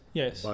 yes